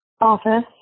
office